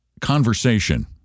conversation